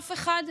אף אחד,